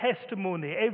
testimony